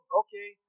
okay